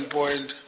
point